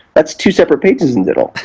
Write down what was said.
that's two separate pages in digital,